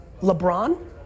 LeBron